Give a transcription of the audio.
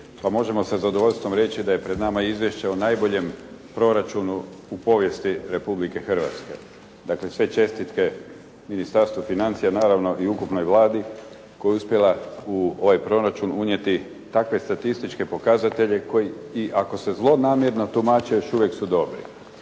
Pa možemo sa zadovoljstvom reći da je pred nama izvješće o najboljem proračunu u povijesti Republike Hrvatske. Dakle, sve čestitke Ministarstvu financija, naravno i ukupnoj Vladi koja je uspjela u ovaj proračun unijeti takve statističke pokazatelje koji, i ako se zlonamjerno tumače, još uvijek su dobri.